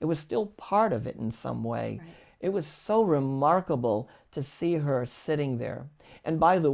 it was still part of it in some way it was so remarkable to see her sitting there and by the